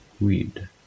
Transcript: weed